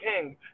king